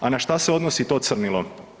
A na šta se odnosi to crnilo?